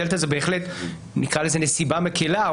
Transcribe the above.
הדלתא זה בהחלט נסיבה מקילה,